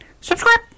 Subscribe